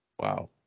Wow